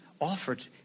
offered